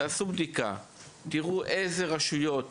תבדקו, תראו איזה רשויות